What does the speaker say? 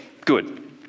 good